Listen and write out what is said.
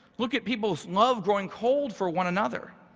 look at people's love growing cold for one another,